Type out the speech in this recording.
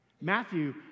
Matthew